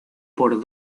por